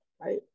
right